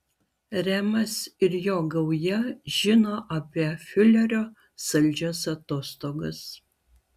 remas ir jo gauja žino apie fiurerio saldžias atostogas